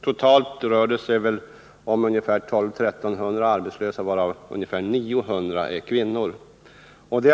Totalt rör det sig om 1 200-1 300 arbetslösa, varav ungefär 900 är kvinnor.